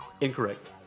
Incorrect